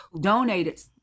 donated